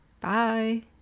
Bye